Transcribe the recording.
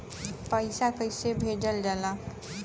पैसा कैसे भेजल जाला?